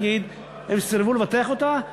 מסרבות לבטח אותן,